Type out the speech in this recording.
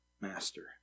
master